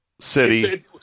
city